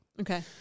Okay